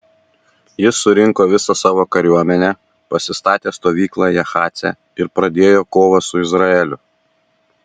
jis surinko visą savo kariuomenę pasistatė stovyklą jahace ir pradėjo kovą su izraeliu